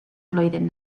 flwyddyn